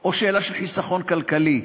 או שאלה של חיסכון כלכלי.